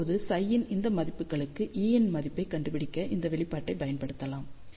இப்போது ψ இன் இந்த மதிப்புகளுக்கு E இன் மதிப்புகளைக் கண்டுபிடிக்க இந்த வெளிப்பாட்டைப் பயன்படுத்தலாம்